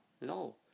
No